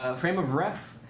ah frameofref,